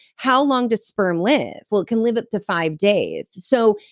how long does sperm live? well, it can live up to five days. so,